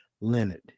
Leonard